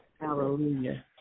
Hallelujah